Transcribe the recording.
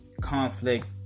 conflict